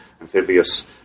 amphibious